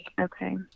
Okay